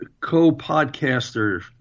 co-podcaster